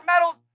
medals